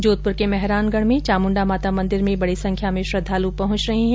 जोधपुर के मेहरानगढ़ में चामुण्डा माता मंदिर में बड़ी संख्या में श्रद्वालु पहुंच रहे हैं